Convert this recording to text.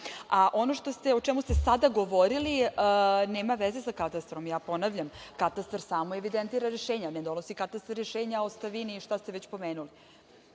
ima. Ono o čemu ste sada govorili nema veze sa Katastrom. Ja ponavljam, Katastar samo evidentira rešenja. Ne donosi Katastar rešenja o ostavini i šta ste već pomenuli.